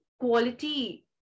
quality